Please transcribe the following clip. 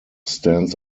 stands